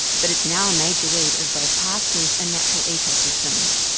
but it's now a major weed of both pastures and natural ecosystems.